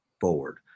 forward